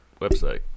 website